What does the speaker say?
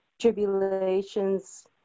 tribulations